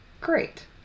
Great